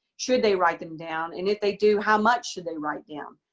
should they write them down. and if they do, how much should they write down.